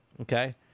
Okay